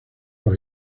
los